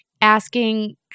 asking